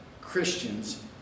Christians